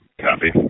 Copy